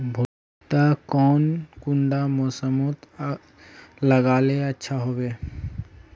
भुट्टा कौन कुंडा मोसमोत लगले अच्छा होबे?